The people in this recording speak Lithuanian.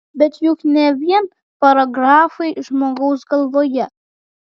bet juk ne vien paragrafai žmogaus galvoje